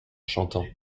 chantant